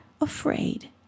afraid